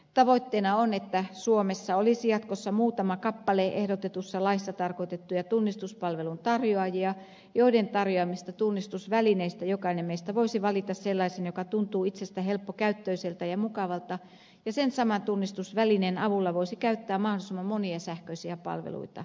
tavoitteena on että suomessa olisi jatkossa muutama kappale ehdotetussa laissa tarkoitettuja tunnistuspalvelun tarjoajia joiden tarjoamista tunnistusvälineistä jokainen meistä voisi valita sellaisen joka tuntuu itsestä helppokäyttöiseltä ja mukavalta ja sen saman tunnistusvälineen avulla voisi käyttää mahdollisimman monia sähköisiä palveluita